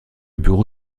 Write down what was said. bureau